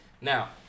now